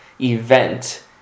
Event